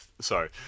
Sorry